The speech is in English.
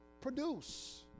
produce